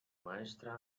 maestra